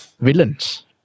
Villains